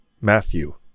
Matthew